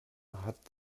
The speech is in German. hat